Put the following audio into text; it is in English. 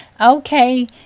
Okay